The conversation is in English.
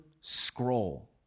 scroll